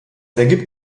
ergibt